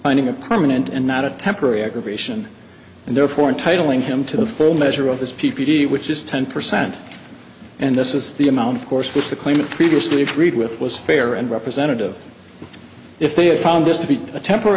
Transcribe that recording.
finding a permanent and not a temporary appropriation and therefore entitling him to the full measure of his p p d which is ten percent and this is the amount of course which the claimant previously agreed with was fair and representative if they had found this to be a temporary